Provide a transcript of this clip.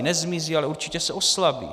Nezmizí, ale určitě se oslabí.